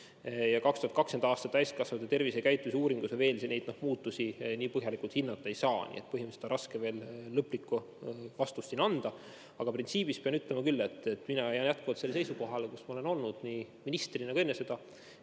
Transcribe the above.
2020. aasta täiskasvanute tervisekäitumise uuringus neid muutusi veel põhjalikult hinnata ei saa, nii et põhimõtteliselt on raske lõplikku vastust anda. Printsiibis pean ütlema küll, et mina jään jätkuvalt sellele seisukohale, kus ma olen olnud nii ministrina kui enne seda: